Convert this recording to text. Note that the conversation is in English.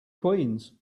queens